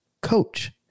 coach